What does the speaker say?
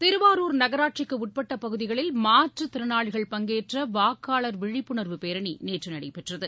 திருவாரூர் நகராட்சிக்கு உட்பட்ட பகுதிகளில் மாற்றுத் திறனாளிகள் பங்கேற்ற வாக்காளர் விழிப்புணர்வு பேரணி நேற்று நடைபெற்றது